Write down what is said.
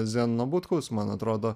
zenono butkaus man atrodo